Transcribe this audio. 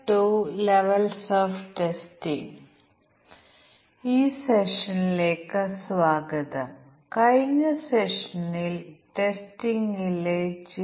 ഇതുവരെ ഞങ്ങൾ black box testing നോക്കുകയായിരുന്നു ഞങ്ങൾ കുറച്ച് ബ്ലാക്ക് ബോക്സ് ടെസ്റ്റ് തന്ത്രങ്ങൾ നോക്കിയിരുന്നു എന്നാൽ തുല്യത ക്ലാസ് ടെസ്റ്റ് കേസുകൾ നോക്കി